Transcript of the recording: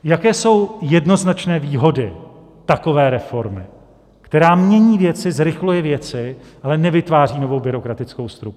Jaké jsou jednoznačné výhody takové reformy, která mění věci, zrychluje věci, ale nevytváří novou byrokratickou strukturu?